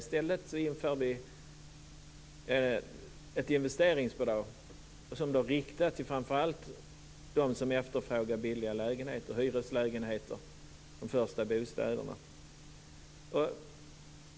I stället inför vi ett investeringsbidrag som framför allt är riktat till dem som efterfrågar billiga hyreslägenheter - den första bostaden.